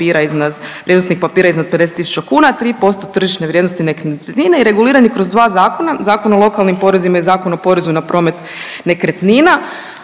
iznad 50000 kuna, 3% tržišne vrijednosti nekretnine i reguliran je kroz dva zakona Zakon o lokalnim porezima i Zakon o porezu na promet nekretnina.